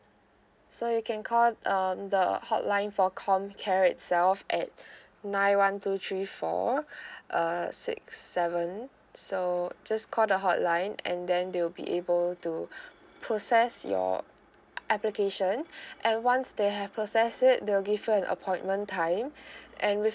so you can call um the hotline for comcare itself at nine one two three four uh six seven so just call the hotline and then they will be able to process your application and once they have process it they will give you an appointment time and with